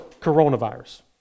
coronavirus